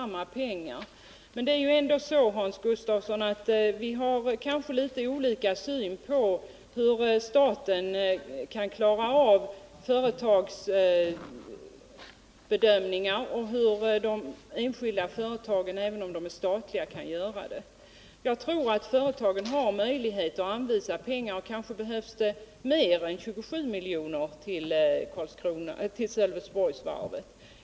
Men vi har kanske, Hans Gustafsson, litet olika syn på hur staten klarar av företagsbedömningar och hur de enskilda företagen, även om de är statliga, gör det. Jag tror att företagen har möjlighet att anvisa pengar. Det behövs kanske mer än 27 miljoner till Sölvesborgsvarvet.